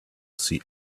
see